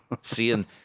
Seeing